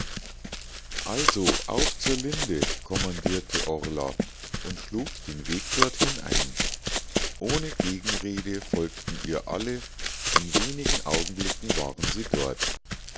also auf zur linde kommandierte orla und schlug den weg dorthin ein ohne gegenrede folgten ihr alle in wenigen augenblicken waren sie dort